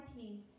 peace